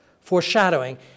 Foreshadowing